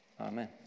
Amen